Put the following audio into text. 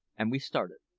and we started.